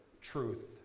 Truth